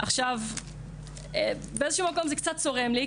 עכשיו באיזשהו מקום זה קצת צורם לי,